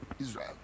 Israel